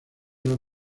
los